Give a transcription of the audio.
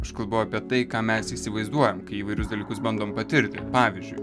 aš kalbu apie tai ką mes įsivaizduojam kai įvairius dalykus bandom patirti pavyzdžiui